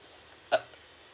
uh